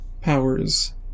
powers